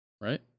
right